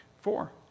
Four